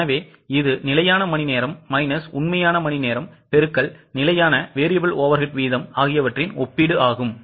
எனவே இது நிலையான மணிநேரம் மைனஸ் உண்மையான மணிநேரம் பெருக்கல் நிலையான variable overhead வீதம் ஆகியவற்றின் ஒப்பீடு ஆகும்